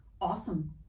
Awesome